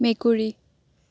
মেকুৰী